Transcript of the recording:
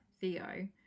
theo